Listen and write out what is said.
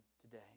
today